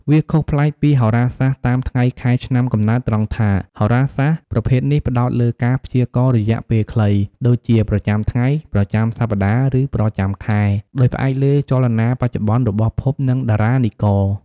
វាខុសប្លែកពីហោរាសាស្ត្រតាមថ្ងៃខែឆ្នាំកំណើតត្រង់ថា ហោរាសាស្ត្រប្រភេទនេះផ្ដោតលើការ ព្យាករណ៍រយៈពេលខ្លី ដូចជាប្រចាំថ្ងៃ ប្រចាំសប្តាហ៍ ឬប្រចាំខែ ដោយផ្អែកលើចលនាបច្ចុប្បន្នរបស់ភព និងតារានិករ។